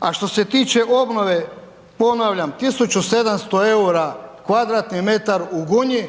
a što se tiče obnove, ponavljam, 1700 eura m2 u Gunji,